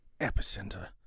epicenter